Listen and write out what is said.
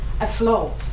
afloat